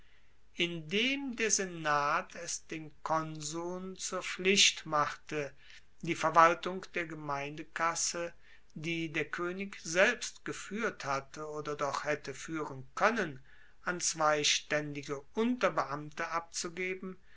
indem der senat es den konsuln zur pflicht machte die verwaltung der gemeindekasse die der koenig selbst gefuehrt hatte oder doch hatte fuehren koennen an zwei staendige unterbeamte abzugeben